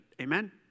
Amen